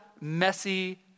messy